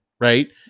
right